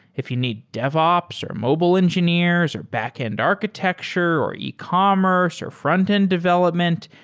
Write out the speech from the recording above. if you need devops, or mobile engineers, or backend architecture, or ecommerce, or frontend development,